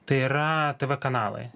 tai yra tv kanalai